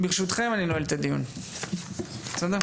ברשותכם אני נועל את הדיון, תודה.